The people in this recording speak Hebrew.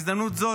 ובהזדמנות זו,